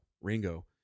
Ringo